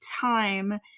time